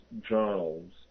journals